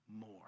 more